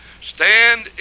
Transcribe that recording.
stand